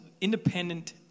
independent